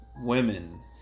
women